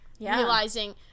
realizing